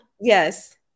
Yes